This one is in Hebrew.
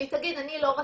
והיא תגיד: "אני לא רציתי,